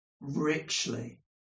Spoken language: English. richly